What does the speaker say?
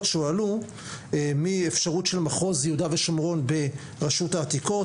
שהועלו מאפשרות של מחוז יהודה ושומרון ברשות העתיקות,